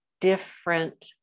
different